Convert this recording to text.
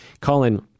Colin